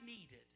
needed